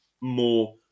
more